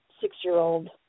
six-year-old